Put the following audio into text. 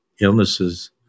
illnesses